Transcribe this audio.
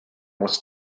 was